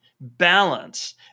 balance